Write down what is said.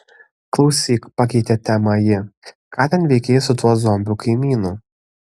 klausyk pakeitė temą ji ką ten veikei su tuo zombiu kaimynu